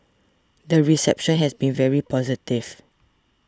the reception has been very positive